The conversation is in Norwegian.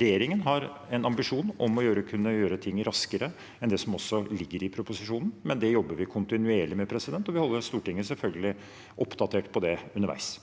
regjeringen har en ambisjon om å kunne gjøre ting raskere enn det som også ligger i proposisjonen. Det jobber vi kontinuerlig med, og vi holder selvfølgelig Stortinget oppdatert på det underveis.